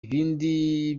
ibindi